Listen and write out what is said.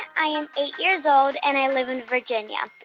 i am eight years old, and i live in virginia.